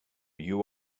you